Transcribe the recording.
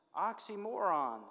oxymorons